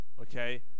okay